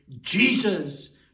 Jesus